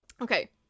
Okay